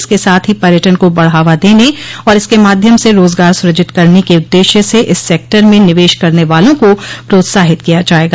इसके साथ ही पर्यटन को बढ़ावा देने और इसके माध्यम से रोजगार सृजित करने के उद्देश्य से इस सेक्टर में निवेश करने वालों को प्रोत्साहित किया जायेगा